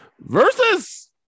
versus